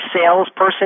salesperson